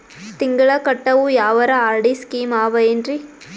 ತಿಂಗಳ ಕಟ್ಟವು ಯಾವರ ಆರ್.ಡಿ ಸ್ಕೀಮ ಆವ ಏನ್ರಿ?